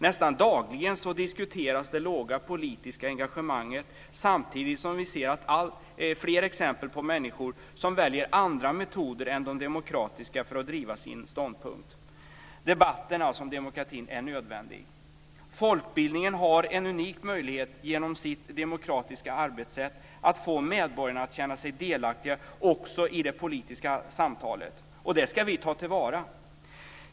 Nästan dagligen diskuteras det svaga politiska engagemanget samtidigt som vi ser alltfler exempel på människor som väljer andra metoder än de demokratiska för att driva sin ståndpunkt. Debatten om demokratin är alltså nödvändig. Folkbildningen har en unik möjlighet genom sitt demokratiska arbetssätt att få medborgarna att känna sig delaktiga också i det politiska samtalet. Det ska vi ta till vara.